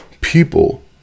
people